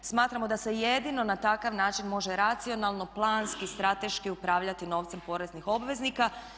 Smatramo da se jedino na takav način može racionalno, planski, strateški upravljati novcem poreznih obveznika.